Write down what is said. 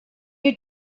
you